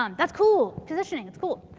um that's cool. positioning. it's cool.